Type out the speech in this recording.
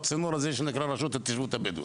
או צינור הזה שנקרא רשות התיישבות הבדואים.